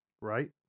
Right